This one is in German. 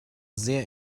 sehr